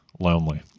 Lonely